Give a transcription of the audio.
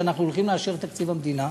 שאנחנו הולכים לאשר את תקציב המדינה,